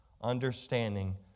understanding